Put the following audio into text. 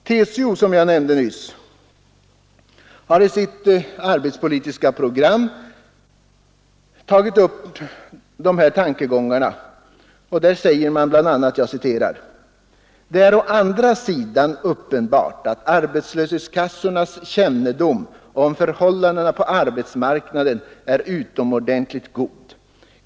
TCO, som jag nämnde nyss, har i sitt arbetsmarknadspolitiska program tagit upp dessa tankegångar och säger där bl.a.: ”Det är å andra sidan uppenbart att arbetslöshetskassornas kännedom om förhållandena på arbetsmarknaden är utomordentligt god.